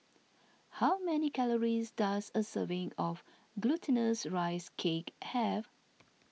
how many calories does a serving of Glutinous Rice Cake have